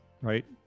right